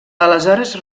aleshores